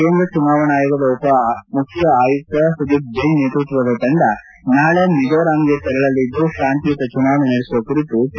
ಕೇಂದ್ರ ಚುನಾವಣಾ ಆಯೋಗದ ಉಪ ಮುಖ್ಡ ಆಯುಕ್ತ ಸುದೀಪ್ ಜೈನ್ ನೇತೃತ್ವದ ತಂಡ ನಾಳೆ ಮಿಜೋರಾಂಗೆ ತೆರಳಿಲಿದ್ದು ಶಾಂತಿಯುತ ಚುನಾವಣೆ ನಡೆಸುವ ಕುರಿತು ಚರ್ಚೆ ನಡೆಸಲಿದೆ